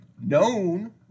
known